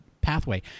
pathway